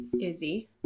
Izzy